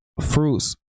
fruits